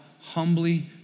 humbly